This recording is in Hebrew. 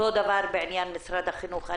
אותו דבר בעניין משרד החינוך.